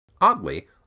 Oddly